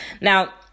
now